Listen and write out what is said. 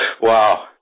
Wow